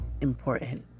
important